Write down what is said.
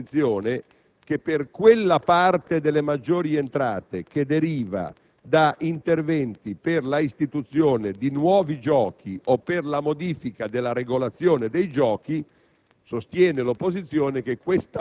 certe. I colleghi dell'opposizione sostengono che la parte delle maggiori entrate che deriva da interventi per l'istituzione di nuovi giochi o per la modifica della regolazione dei giochi,